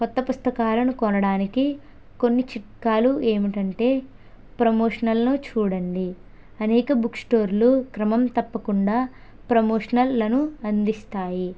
కొత్త పుస్తకాలను కొనడానికి కొన్ని చిట్కాలు ఏమిటంటే ప్రమోషనల్ను చూడండి అనేక బుక్ స్టోర్లు క్రమం తప్పకుండా ప్రమోషనల్లను అందిస్తాయి